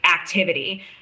activity